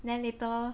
then later